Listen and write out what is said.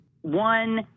One